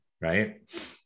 right